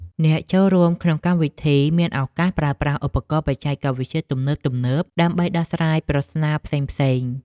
អ្នកចូលរួមក្នុងកម្មវិធីមានឱកាសប្រើប្រាស់ឧបករណ៍បច្ចេកវិទ្យាទំនើបៗដើម្បីដោះស្រាយប្រស្នាផ្សេងៗ។